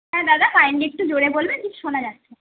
হ্যাঁ দাদা কাইন্ডলি একটু জোরে বলবেন ঠিক শোনা যাচ্ছে না